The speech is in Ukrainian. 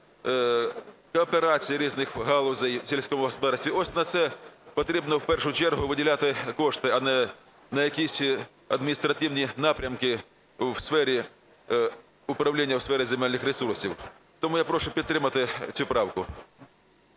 кооперації різних галузей в сільському господарстві. Ось на це потрібно в першу чергу виділяти кошти, а не на якісь адміністративні напрямки у сфері, управління у сфері земельних ресурсів. Тому я прошу підтримати цю правку.